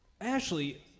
Ashley